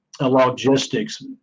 Logistics